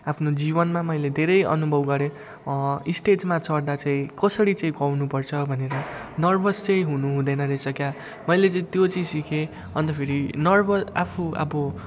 आफ्नो जीवनमा मैले धेरै अनुभव गरेँ स्टेजमा चढ्दा चाहिँ कसरी चाहिँ गाउनुपर्छ भनेर नर्भस चाहिँ हुनुहुँदैन रहेछ क्या मैले चाहिँ त्यो चाहिँ सिकेँ अन्त फेरि नर्भस आफू अब